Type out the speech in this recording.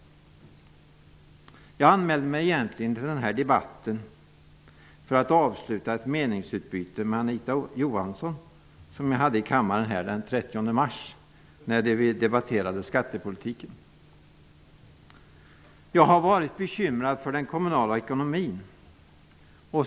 Egentligen anmälde jag mig till den här debatten för att avsluta ett meningsutbyte som jag hade med Anita Johansson här i kammaren den 30 mars, när vi debatterade skattepolitiken. Jag har varit bekymrad över den kommunala ekonomin.